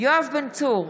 יואב בן צור,